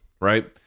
right